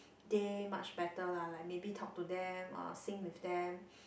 day much better lah like maybe talk to them or sing with them